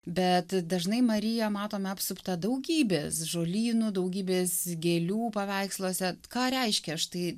bet dažnai mariją matome apsuptą daugybės žolynų daugybės gėlių paveiksluose ką reiškia štai